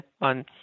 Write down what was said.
on